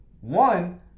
One